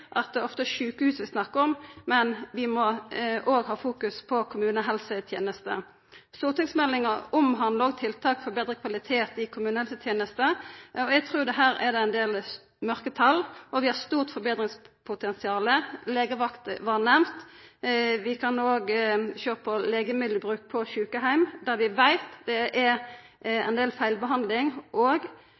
bekymring at det ofte er sjukehus det er snakk om, men vi må òg ha fokus på kommunehelsetenesta. Stortingsmeldinga omhandlar òg tiltak for betre kvalitet i kommunehelsetenesta. Eg trur at det her er ein del mørketal og eit stort forbetringspotensial. Legevakt var nemnd. Vi kan òg sjå på legemiddelbruk på sjukeheimar, der vi veit det er ein del feilbehandling og